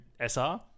SR